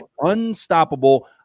unstoppable